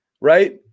right